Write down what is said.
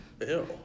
Ew